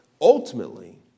ultimately